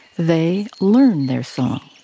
they learn their song.